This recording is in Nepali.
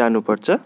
जानुपर्छ